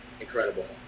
Incredible